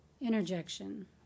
Interjection